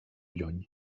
lluny